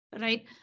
right